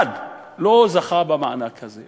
אחד, לא זכה במענק הזה.